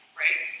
right